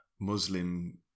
Muslim